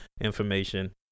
information